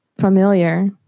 familiar